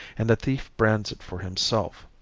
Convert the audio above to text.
and the thief brands it for himself.